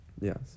Yes